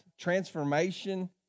transformation